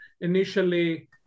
initially